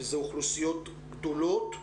ואלה אוכלוסיות גדולות,